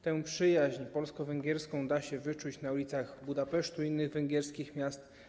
Tę przyjaźń polsko-węgierską da się wyczuć na ulicach Budapesztu i innych węgierskich miast.